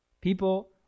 People